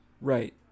Right